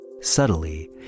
Subtly